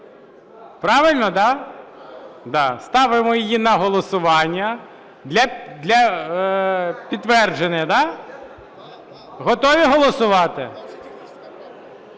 Правильно, да? Да. Ставимо її на голосування для підтвердження. Готові голосувати?